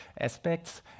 aspects